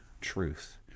truth